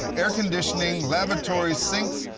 air conditioning, lavatories, sinks,